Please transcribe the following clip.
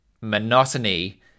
Monotony